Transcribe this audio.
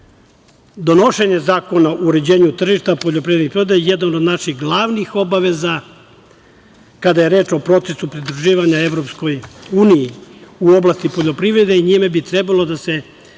proizvoda. Donošenje zakona o uređenju tržišta poljoprivrednoj prodaji je jedna od naših glavnih obaveza, kada je reč o procesu pridruživanja EU u oblasti poljoprivrede i njime bi trebalo da se